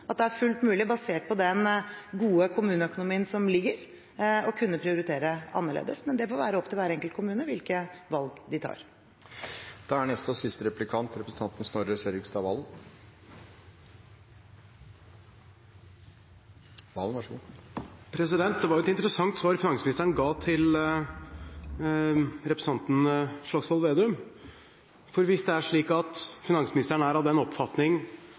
at det er fullt mulig, basert på den gode kommuneøkonomien som foreligger, å kunne prioritere annerledes, men det får være opp til hver enkelt kommune hvilke valg de tar. Det var et interessant svar finansministeren ga til representanten Slagsvold Vedum. Hvis det er slik at finansministeren er av den oppfatning at f.eks. Bergen kommune ikke har vært nødt til å innføre eiendomsskatt, må jo det bety at det er et helt fritt, bevisst politisk valg den